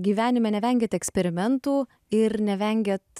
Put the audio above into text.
gyvenime nevengiat eksperimentų ir nevengiat